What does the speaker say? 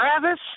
Travis